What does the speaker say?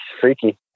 freaky